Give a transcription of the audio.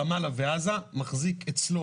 כל בית חולים ברמאללה ועזה מחזיק אצלו